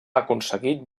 aconseguit